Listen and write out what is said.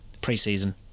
pre-season